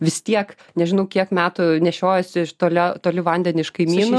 vis tiek nežinau kiek metų nešiojosi iš toli toli vandenį iš kaimynų